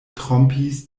trompis